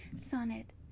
sonnet